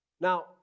Now